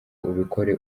ubikore